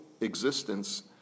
existence